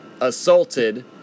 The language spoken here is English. assaulted